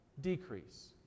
decrease